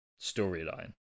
storyline